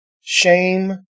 shame